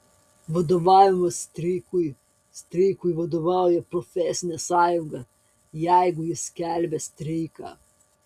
vadovavimas streikui streikui vadovauja profesinė sąjunga jeigu ji skelbia streiką